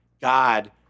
God